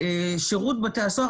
שירות בתי הסוהר,